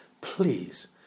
Please